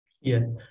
Yes